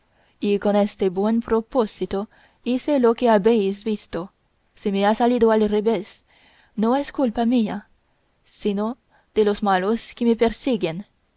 y con este buen propósito hice lo que habéis visto si me ha salido al revés no es culpa mía sino de los malos que me persiguen